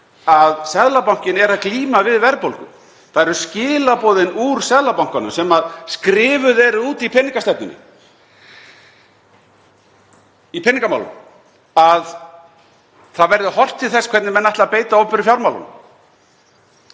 að Seðlabankinn er að glíma við verðbólgu. Það eru skilaboðin úr Seðlabankanum sem skrifuð eru út í peningastefnunni, í Peningamálum, að horft verði til þess hvernig menn ætla að beita opinberu fjármálunum.